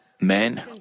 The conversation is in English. men